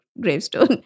gravestone